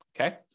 okay